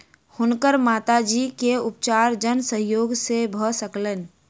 हुनकर माता जी के उपचार जन सहयोग से भ सकलैन